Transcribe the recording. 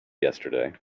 yesterday